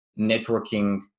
networking